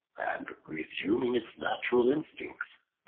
and resuming its natural instincts,